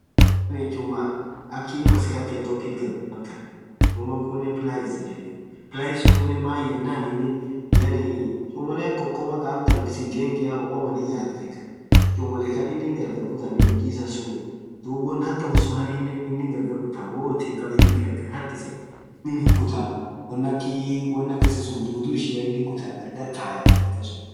Yaani chumma akhaii maskathia tokkit ghad beee amtan chumaa khunen pliers yedheni pliers khunen maaan yenen yaani chumolee akha khokomaa khaa amtan singenga khokoman ijareth khaan chumolee Khan inin gargar khutaa huji issan suuni dhub wonn hataa msumarinen innin gargar khutaa woo wothn khabane harkhisen inin hinkhutaa wonni wonn akhasisun dhudhu ishia inin hin khutaa gargar khayyaa